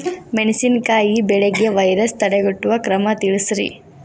ಮೆಣಸಿನಕಾಯಿ ಬೆಳೆಗೆ ವೈರಸ್ ತಡೆಗಟ್ಟುವ ಕ್ರಮ ತಿಳಸ್ರಿ